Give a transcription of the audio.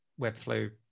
webflow